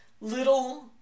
little